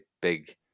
big